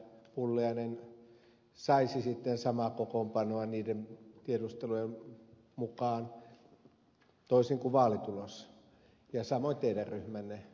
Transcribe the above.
pulliainen saisi sitten samaa kokoonpanoa niiden tiedustelujen mukaan se olisi toinen kuin vaalitulos ja samoin teidän ryhmänne